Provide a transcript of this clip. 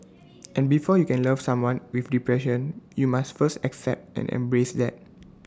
and before you can love someone with depression you must first accept and embrace that